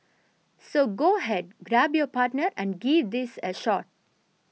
so go ahead grab your partner and give these a shot